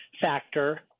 factor